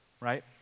Right